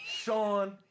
Sean